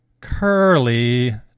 Curly